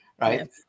right